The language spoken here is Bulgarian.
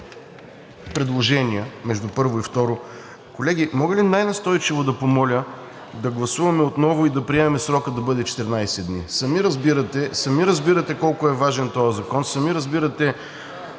предложения. Колеги, мога ли най-настойчиво да помоля да гласуваме отново и да приемем срокът да бъде 14 дни? Сами разбирате колко е важен този закон, сами разбирате